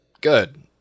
Good